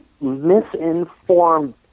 misinformed